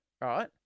right